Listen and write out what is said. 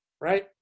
right